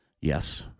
yes